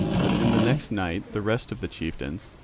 but in the next night the rest of the chieftains,